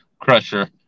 crusher